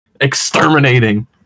exterminating